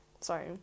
sorry